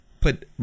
put